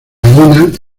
arena